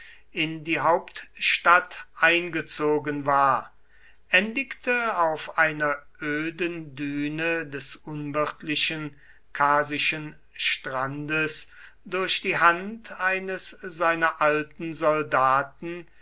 in die hauptstadt eingezogen war endigte auf einer öden düne des unwirtlichen kasischen strandes durch die hand eines seiner alten soldaten